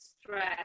stress